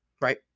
Right